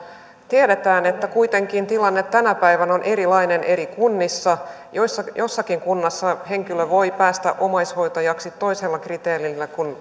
tiedetään että kuitenkin tilanne tänä päivänä on erilainen eri kunnissa jossakin kunnassa henkilö voi päästä omaishoitajaksi toisella kriteerillä kuin